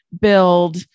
build